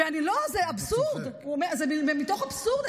זה אבסורד, זה מתוך אבסורד.